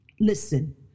Listen